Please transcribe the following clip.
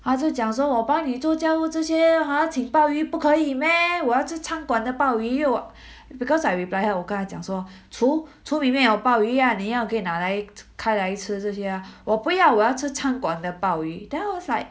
她是讲说我帮你做家务这些请鲍鱼不可以 meh 我要吃餐馆的鲍鱼哦 because I reply her 我跟她讲说橱里面有鲍鱼啊你要你可以拿来开来吃下去我不要我要吃餐馆的鲍鱼 then I was